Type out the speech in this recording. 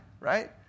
right